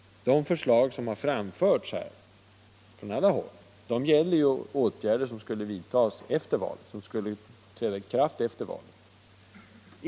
De förslag som framförts från alla håll gäller reformer som skulle träda i kraft efter valet.